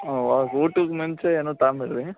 ಊಟದ ಮುಂಚೆ ಏನೂ ತಗಂಬೇಡ್ರಿ